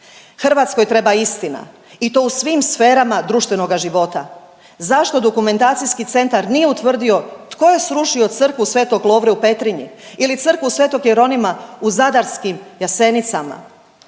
Hrvatskoj treba istina i to u svim sferama društvenoga života. Zašto dokumentacijski centar nije utvrdio tko je srušio crkvu Svetog Lovre u Petrinji ili crkvu Svetog Jeronima u zadarskim Jasenicama.